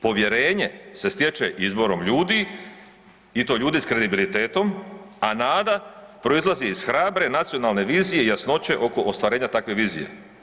Povjerenje se stječe izborom ljudi i to ljudi s kredibilitetom, a nada proizlazi iz hrabre nacionalne vizije i jasnoće oko ostvarenja takve vizije.